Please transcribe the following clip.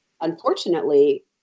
unfortunately